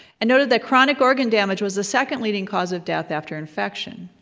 and noted that chronic organ damage was the second-leading cause of death after infection.